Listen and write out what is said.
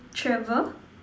travel